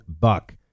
BUCK